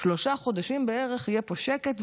שלושה חודשים בערך יהיה פה שקט,